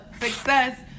success